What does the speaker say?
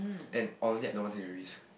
and honestly no one take the risk